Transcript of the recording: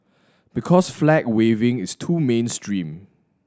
because flag waving is too mainstream